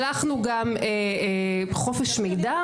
שלחנו גם חופש מידע,